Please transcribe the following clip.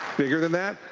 bigger than that?